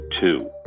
two